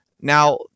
Now